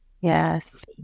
Yes